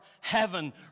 heaven